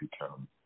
become